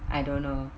I don't know